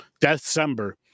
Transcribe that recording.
December